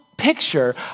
picture